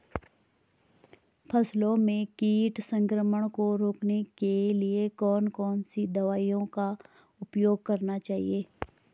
फसलों में कीट संक्रमण को रोकने के लिए कौन कौन सी दवाओं का उपयोग करना चाहिए?